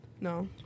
No